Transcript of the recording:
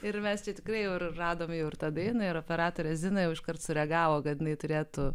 ir mes čia tikrai ir jau radome jau ir tą daina ir operatorė zina jau iškart sureagavo kad jinai turėtų